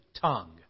tongue